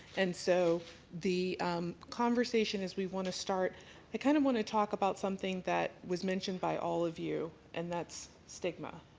and so the conversation is we want to start i kind of want to talk about something that was mentioned by all of you and that's stigma,